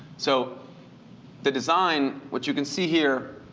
so the design, which you can see here,